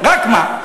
רק מה,